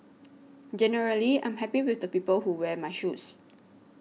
generally I'm happy with the people who wear my shoes